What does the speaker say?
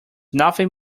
nothing